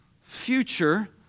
future